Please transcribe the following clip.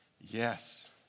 Yes